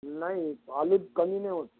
नाही आलूत कमी नाही होत